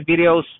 videos